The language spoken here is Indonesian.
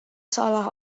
seolah